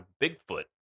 Bigfoot